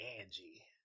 Angie